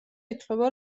ითვლება